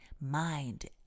mind